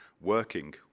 working